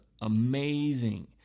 amazing